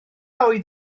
oedd